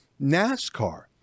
NASCAR